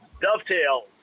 dovetails